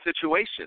situation